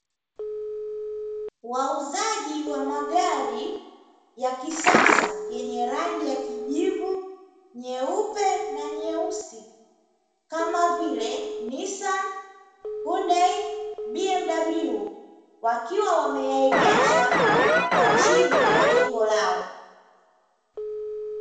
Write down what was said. Wauzaji wa magari ya kisasa yenye rangi ya: kijivu, nyeupe na nyeusi; kama vile: "Nissan", "Hyundai", "BMW"; wakiwa wameyaegesha kwa chini ya jengo lao.